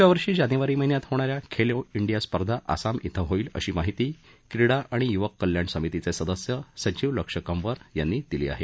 पुढच्या वर्षी जानेवारी महिन्यात होणारी खेलो डिया स्पर्धा आसाम डिं होईल अशी माहिती क्रीडा आणि युवक कल्याण समितीचे सदस्य सचिव लक्ष्य कंवर यांनी दिली आहे